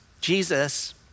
Jesus